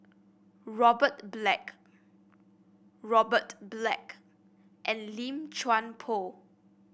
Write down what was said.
Robert Black Robert Black and Lim Chuan Poh